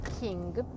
king